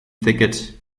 thicket